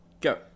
go